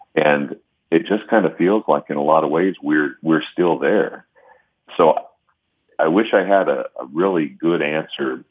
and it just kind of feels like, in a lot of ways, we're we're still there so i wish i had a really good answer.